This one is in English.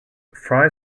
fry